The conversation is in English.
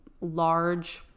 large